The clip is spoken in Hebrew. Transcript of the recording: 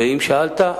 ואם שאלת,